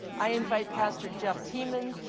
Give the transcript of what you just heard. i invite pastor jeff thiemann,